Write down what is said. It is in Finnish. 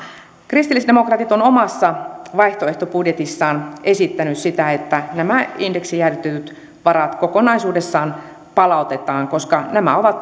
kristillisdemokraatit on omassa vaihtoehtobudjetissaan esittänyt sitä että nämä indeksijäädytetyt varat kokonaisuudessaan palautetaan koska nämä ovat